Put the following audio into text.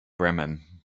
bremen